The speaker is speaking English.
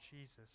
Jesus